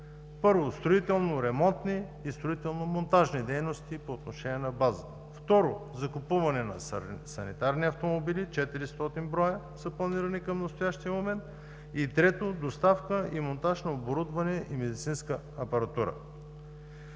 Първо, строително-ремонтни и строително-монтажни дейности по отношение на базата. Второ, закупуване на санитарни автомобили – 400 броя са планирани към настоящия момент. И трето, доставка и монтаж на оборудване и медицинска апаратура.